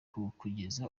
ubuvuzi